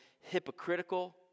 hypocritical